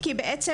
כי בעצם,